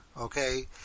okay